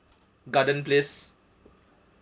garden place